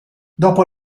dopo